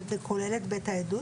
זה כולל את בית העדות?